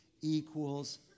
Equals